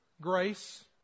Grace